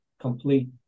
complete